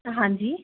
ਹਾਂਜੀ